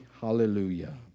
hallelujah